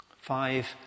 Five